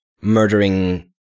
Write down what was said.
murdering